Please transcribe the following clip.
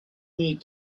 need